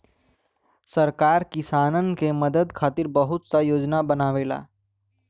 सरकार किसानन के मदद खातिर बहुत सा योजना बनावेला